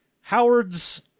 howard's